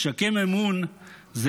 לשקם אמון זה